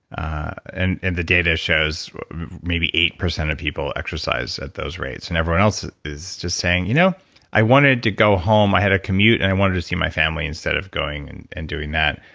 and and the data shows maybe eight percent of people exercise at those rates. and everyone else is just saying, you know i wanted to go home. i had a commute and i wanted to see my family instead of going and and doing that.